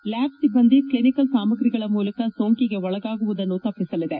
lab ಸಿಬ್ಬಂದಿ clinical ಸಾಮರಿಗಳ ಮೂಲಕ ಸೋಂಕಿಗೆ ಒಳಗಾಗುವುದು ತಪ್ಪಸಲಿದೆ